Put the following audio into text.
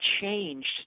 changed